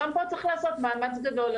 גם פה צריך לעשות מאמץ גדול.